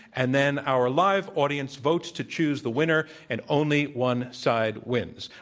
and then our live audience votes to choose the winner, and only one side wins.